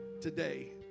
today